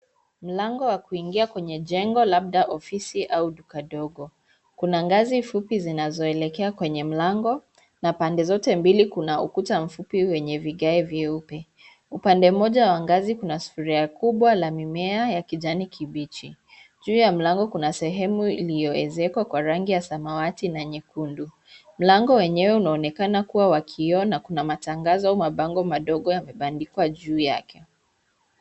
Mlango wa kuingia kwenye jengo, labda ofisi au duka dogo. Kuna ngazi fupi zinazoelekea kwenye mlango, na pande zote mbili kuna ukuta mfupi wenye vigae vyeupe. Upande moja wa ngazi kuna sufuria kubwa la mimea ya kijani kibichi. Juu ya mlango kuna sehemeu iliyoezekwa kwa rangi ya samawati na nyekundu. Mlango wenyewe unaonekana kuwa wa kioo na kuna matangazo mabango madogo yamebandikwa juu yake.